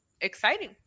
exciting